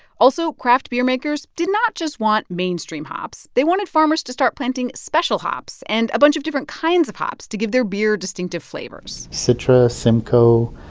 also, craft beer makers did not just want mainstream hops. they wanted farmers to start planting special hops and a bunch of different kinds of hops to give their beer distinctive flavors citrus, simcoe,